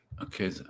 Okay